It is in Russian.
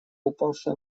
упавшая